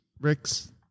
Rick's